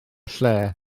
lle